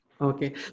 Okay